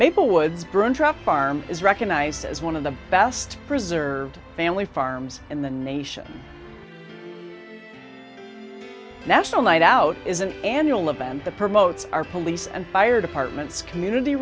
mabel woods farm is recognized as one of the best preserved family farms in the nation national night out is an annual event that promotes our police and fire departments community